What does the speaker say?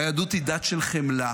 והיהדות היא דת של חמלה,